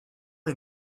est